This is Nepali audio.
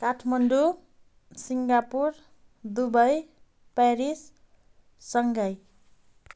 Kathmandu Singapore Dubai Paris Shanghai